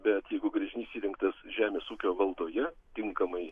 bet jeigu gręžinys įrengtas žemės ūkio valdoje tinkamai